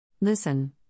Listen